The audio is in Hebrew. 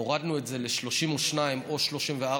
הורדנו את זה ל-32 או 34,